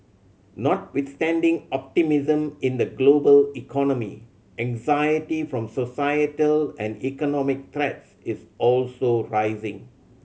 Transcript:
notwithstanding optimism in the global economy anxiety from societal and economic threats is also rising